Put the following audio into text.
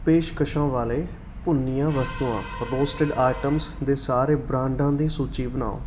ਪੇਸ਼ਕਸ਼ਾਂ ਵਾਲੇ ਭੁੰਨੀਆਂ ਵਸਤੂਆਂ ਰੋਸਟਡ ਆਈਟਮਸ ਦੇ ਸਾਰੇ ਬ੍ਰਾਂਡਾਂ ਦੀ ਸੂਚੀ ਬਣਾਓ